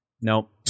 Nope